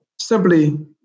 simply